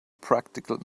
practical